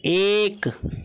एक